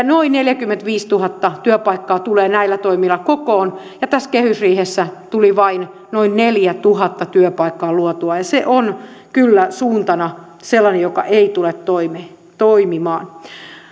noin neljäkymmentäviisituhatta työpaikkaa tulee näillä toimilla kokoon tässä kehysriihessä tuli vain noin neljätuhatta työpaikkaa luotua ja se on kyllä suuntana sellainen joka ei tule toimimaan